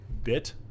bit